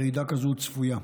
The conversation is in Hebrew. רעידה כזאת צפויה.